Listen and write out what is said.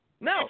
No